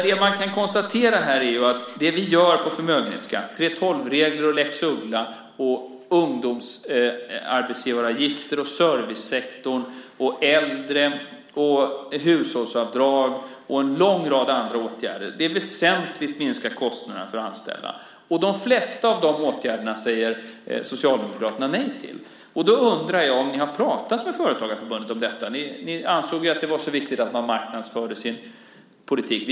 Det man kan konstatera här är att det vi gör när det gäller förmögenhetsskatten, 3:12-reglerna, lex Uggla, ungdomsarbetsgivaravgifter, servicesektorn, de äldre, hushållsavdrag och en lång rad andra åtgärder minskar väsentligt kostnaderna för att anställa. Till de flesta av de åtgärderna säger Socialdemokraterna nej. Därför undrar jag om ni har pratat med Företagarförbundet om detta. Ni ansåg ju att det var så viktigt att man marknadsförde sin politik.